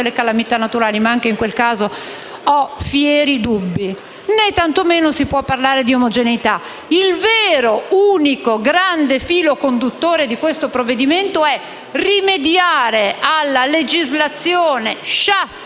le calamità naturali, ma anche in quel caso ho seri dubbi. Né tantomeno si può parlare di omogeneità. Il vero unico e grande filo conduttore del provvedimento è rimediare alla legislazione sciatta,